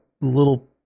little